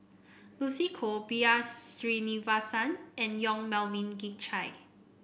Lucy Koh B R Sreenivasan and Yong Melvin Yik Chye